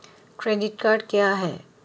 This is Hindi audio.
क्रेडिट कार्ड क्या है?